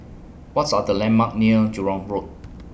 What's Are The landmarks near Jurong Road